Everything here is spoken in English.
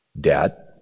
Dad